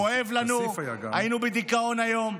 כואב לנו, היינו בדיכאון היום,